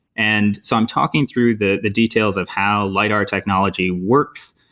and so i'm talking through the the details of how lidar technology works.